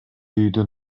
үйдүн